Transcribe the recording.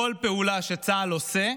כל פעולה שצה"ל עושה,